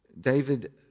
David